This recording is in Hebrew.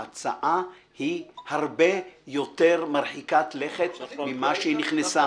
ההצעה היא הרבה יותר מרחיקת לכת ממה שהיא נכנסה.